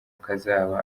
kazaba